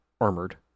armored